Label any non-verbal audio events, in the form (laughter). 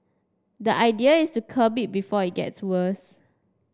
the idea is to curb (unintelligible) before it gets worse